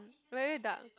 very dark